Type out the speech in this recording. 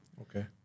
Okay